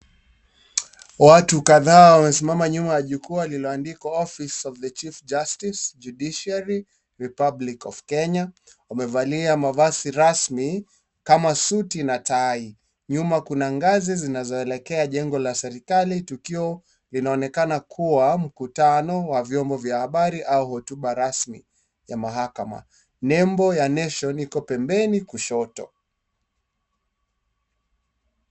Watu kadhaa wamesimama nyuma ya jukwaa lililoandikwa office of the chief justice judiciary republic of Kenya . Wamevalia mavazi rasmi kama suti na tai. Nyuma kuna ngazi zinazoelekea jengo la serikali, tukio linaonekana kuwa mkutano wa vyombo vya habari au hotuba rasmi ya mahakama. Nembo ya nation iko pembeni kushoto.